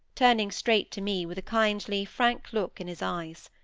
turning straight to me, with a kindly, frank look in his eyes.